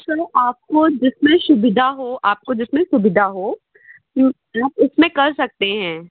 चलो आपको जिसमें सुविधा हो आपको जिसमें सुविधा हो आप उसमें कर सकते हैं